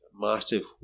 massive